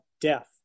Death